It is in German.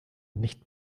nicht